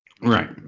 Right